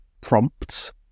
prompts